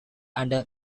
under